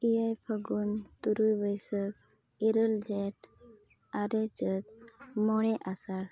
ᱮᱭᱟᱭ ᱯᱷᱟᱹᱜᱩᱱ ᱛᱩᱨᱩᱭ ᱵᱟᱹᱭᱥᱟᱹᱠᱷ ᱤᱨᱟᱹᱞ ᱡᱷᱮᱴ ᱟᱨᱮ ᱪᱟᱹᱛ ᱢᱚᱬᱮ ᱟᱥᱟᱲ